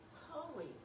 Holy